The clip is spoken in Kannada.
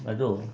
ಅದು